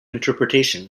interpretation